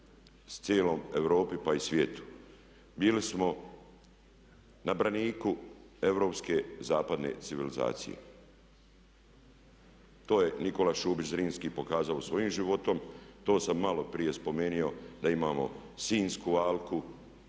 cijeloj Europi pa i svijetu. Bili smo na braniku europske zapadne civilizacije. To je Nikola Šubić Zrinski pokazao svojim životom. To sam maloprije spomenuo da imamo Sinjsku alku